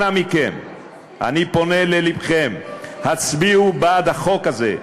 אנא מכם, אני פונה ללבכם, הצביעו בעד החוק הזה,